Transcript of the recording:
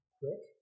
quick